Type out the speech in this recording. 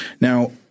Now